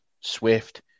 Swift